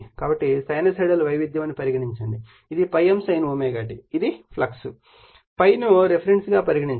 కాబట్టి సైనూసోయిడల్ వైవిధ్యం అని పరిగణించండి ఇది ∅m sin ω t ఇది ఫ్లక్స్ మరియు ∅ ను రిఫరెన్స్ గా పరిగణించండి